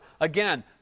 Again